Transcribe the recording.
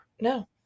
no